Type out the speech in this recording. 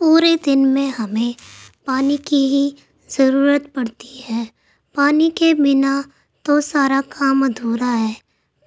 پورے دن میں ہمیں پانی کی ہی ضرورت پڑتی ہے پانی کے بنا تو سارا کام ادھورا ہے